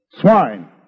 Swine